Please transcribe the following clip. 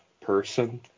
person